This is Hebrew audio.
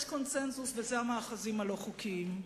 יש קונסנזוס, וזה המאחזים הלא-חוקיים.